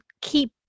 keep